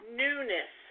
newness